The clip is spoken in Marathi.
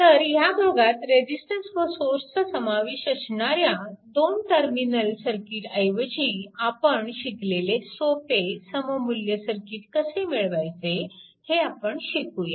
तर ह्या भागात रेजिस्टन्स व सोर्सचा समावेश असणाऱ्या 2 टर्मिनल सर्किटऐवजी आपण शिकलेले सोपे सममुल्य सर्किट कसे मिळवायचे हे आपण शिकूया